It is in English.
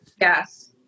Yes